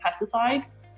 pesticides